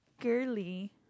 girly